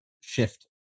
shift